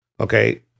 Okay